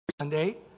Sunday